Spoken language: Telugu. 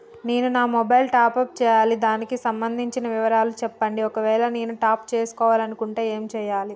నేను నా మొబైలు టాప్ అప్ చేయాలి దానికి సంబంధించిన వివరాలు చెప్పండి ఒకవేళ నేను టాప్ చేసుకోవాలనుకుంటే ఏం చేయాలి?